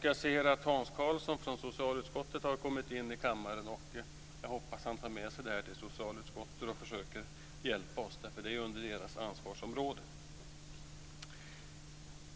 Jag ser att Hans Karlsson från socialutskottet har kommit hit till kammaren, och jag hoppas att han tar med sig det här till socialutskottet och att man där försöker att hjälpa oss, eftersom detta ligger under socialutskottets ansvarsområde.